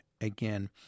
again